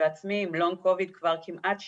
בעצמי עם לונג קוביד כבר כמעט שנה,